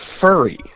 furry